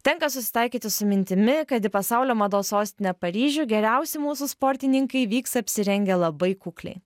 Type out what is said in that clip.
tenka susitaikyti su mintimi kad į pasaulio mados sostinę paryžių geriausi mūsų sportininkai vyks apsirengę labai kukliai